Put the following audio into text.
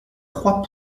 croix